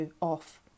off